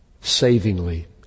savingly